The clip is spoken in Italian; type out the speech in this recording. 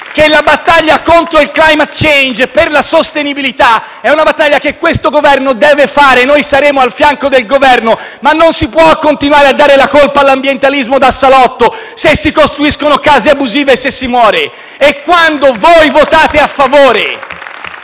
che quella contro il *climate change* per la sostenibilità è una battaglia che questo Governo deve fare, e noi saremo al fianco del Governo, ma non si può continuare a dare la colpa all'ambientalismo da salotto se si costruiscono case abusive e si muore. *(Applausi dal Gruppo